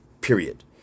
Period